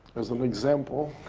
as an example,